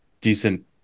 decent